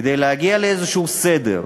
כדי להגיע לסדר כלשהו,